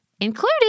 including